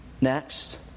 Next